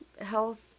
health